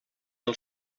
del